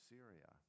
Syria